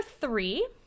three